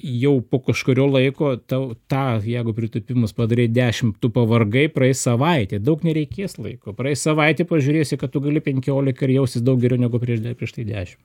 jau po kažkurio laiko tau tą jeigu pritūpimus padarei deišmt tu pavargai praeis savaitė daug nereikės laiko praeis savaitė pažiūrėsi ką tu gali penkioliką ir jausis daug geriau negu prieš dar prieš tai dešimt